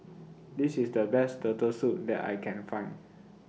This IS The Best Turtle Soup that I Can Find